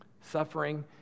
suffering